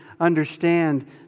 understand